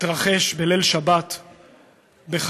התרחש בליל שבת בחלמיש,